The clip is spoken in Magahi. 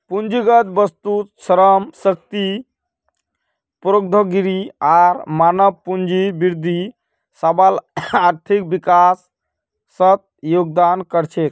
पूंजीगत वस्तु, श्रम शक्ति, प्रौद्योगिकी आर मानव पूंजीत वृद्धि सबला आर्थिक विकासत योगदान कर छेक